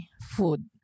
food